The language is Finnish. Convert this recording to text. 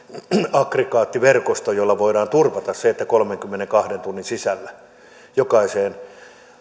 aggregaattiverkosto jolla voidaan turvata se että kolmenkymmenenkahden tunnin sisällä jokaiseen